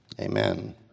amen